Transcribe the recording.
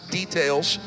details